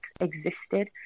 existed